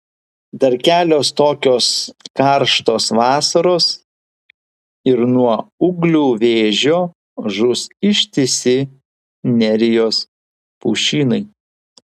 dar kelios tokios karštos vasaros ir nuo ūglių vėžio žus ištisi nerijos pušynai